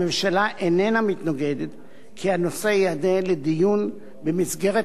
הממשלה איננה מתנגדת שהנושא יעלה לדיון במסגרת